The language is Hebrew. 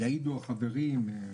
יעידו החברים,